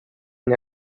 ihn